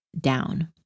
down